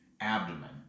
abdomen